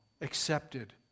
accepted